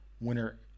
winner